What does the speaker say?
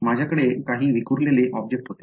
माझ्याकडे काही विखुरलेले ऑब्जेक्ट होते